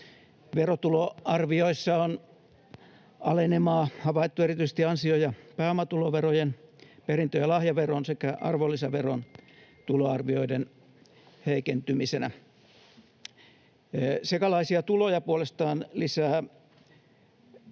Verotuloarvioissa on havaittu alenemaa erityisesti ansio- ja pääomatuloverojen, perintö- ja lahjaveron sekä arvonlisäveron tuloarvioiden heikentymisenä. Sekalaisia tuloja puolestaan lisää